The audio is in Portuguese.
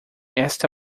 esta